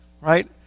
right